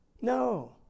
no